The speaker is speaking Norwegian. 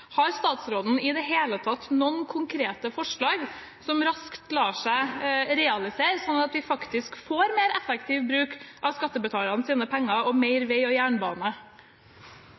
Har statsråden i det hele tatt noen konkrete forslag som raskt lar seg realisere, slik at vi får mer effektiv bruk av skattebetalernes penger – og mer vei og jernbane?